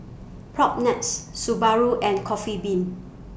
Propnex Subaru and Coffee Bean